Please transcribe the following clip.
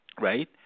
Right